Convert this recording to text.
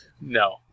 No